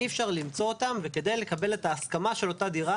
אי אפשר למצוא אותם וכדי לקבל את ההסכמה של אותה דירה